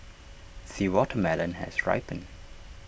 the watermelon has ripened